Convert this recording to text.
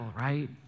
right